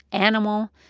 animal,